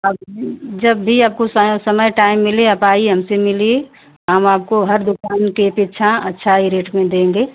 आप जब भी आपको समय टाइम मिले आप आइए हमसे मिलिए हम आपको हर दुकान के अपेक्षा अच्छा ही रेट में देंगे